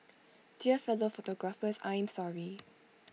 dear fellow photographers I am sorry